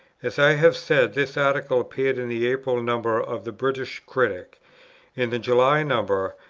as i have said, this article appeared in the april number of the british critic in the july number,